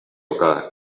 oka